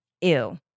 Ew